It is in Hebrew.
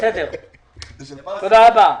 תודה רבה.